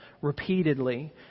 repeatedly